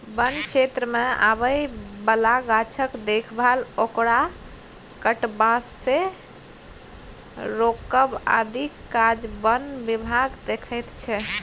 बन क्षेत्रमे आबय बला गाछक देखभाल ओकरा कटबासँ रोकब आदिक काज बन विभाग देखैत छै